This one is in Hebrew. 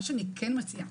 מה שאני כן מציעה,